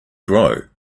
grow